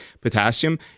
potassium